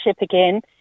again